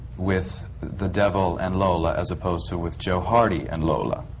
with the devil and lola as opposed to with joe hardy and lola.